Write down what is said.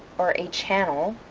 or a channel